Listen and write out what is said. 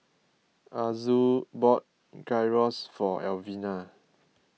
Azul bought Gyros for Elvina